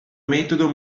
metodo